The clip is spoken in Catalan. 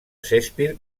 shakespeare